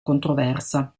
controversa